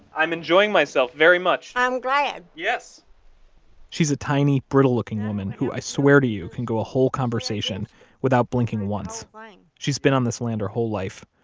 i'm enjoying myself very much i'm glad yes she's a tiny, brittle-looking woman, who i swear to you, can go a whole conversation without blinking once. she's been on this land her whole life.